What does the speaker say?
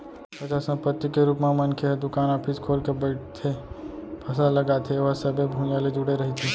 अचल संपत्ति के रुप म मनखे ह दुकान, ऑफिस खोल के बइठथे, फसल लगाथे ओहा सबे भुइयाँ ले जुड़े रहिथे